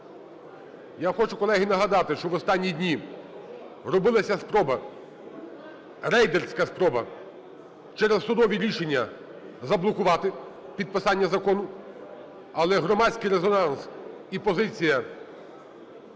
Я хочу, колеги, нагадати, що в останні дні робилася спроба, рейдерська спроба, через судові рішення заблокувати підписання закону, але громадський резонанс і позиція